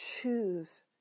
choose